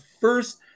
first